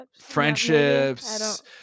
friendships